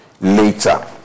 later